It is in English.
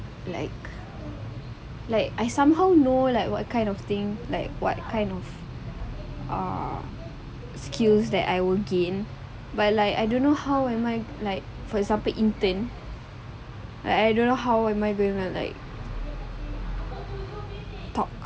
like like I somehow know like what kind of thing like what kind of uh skill that I would gain but like I don't know how am I like for example intern like I don't know how will I going to be like talk